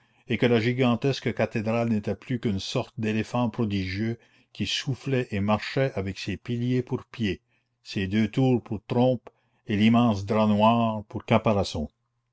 et que la gigantesque cathédrale n'était plus qu'une sorte d'éléphant prodigieux qui soufflait et marchait avec ses piliers pour pieds ses deux tours pour trompes et l'immense drap noir pour